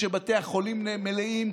כשבתי החולים מלאים,